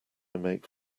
make